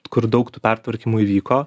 kur daug tų pertvarkymų įvyko